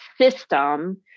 system